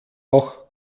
auch